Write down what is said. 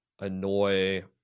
annoy